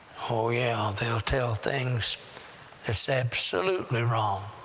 oh, yeah, they'll tell things that's absolutely wrong